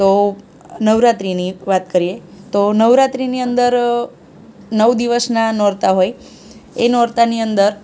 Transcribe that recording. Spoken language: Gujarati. તો નવરાત્રિની વાત કરીએ તો નવરાત્રિની અંદર નવ દિવસનાં નોરતાં હોય એ નોરતાની અંદર